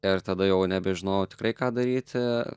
ir tada jau nebežinojau tikrai ką daryti